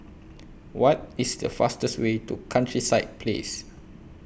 What IS The fastest Way to Countryside Place